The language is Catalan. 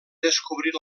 descobrir